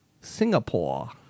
Singapore